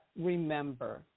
remember